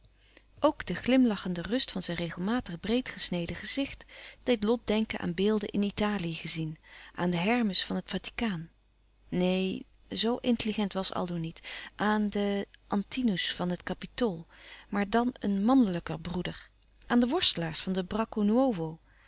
ook de glimlachende rust van zijn regelmatig breed gesneden gezicht deed lot denken aan beelden in italië gezien aan den hermes van louis couperus van oude menschen de dingen die voorbij gaan het vaticaan neen zoo intelligent was aldo niet aan den antinous van het kapitool maar dan een mannelijker broeder aan de worstelaars van den